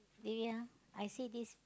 ya I see this